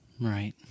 Right